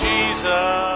Jesus